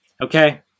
Okay